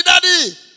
daddy